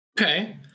okay